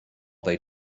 they